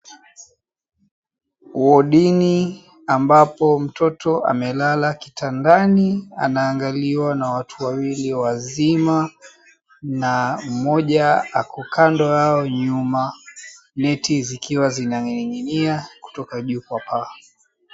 Wodini ambapo mtoto amelala kitandani anaangaliwa na watu wawili wazima na mmoja ako kando yao nyuma neti zikiwa zinaning'inia kutoka juu kwa paa.